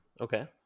okay